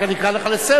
רק אני אקרא אותך לסדר.